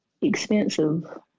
expensive